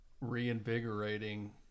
reinvigorating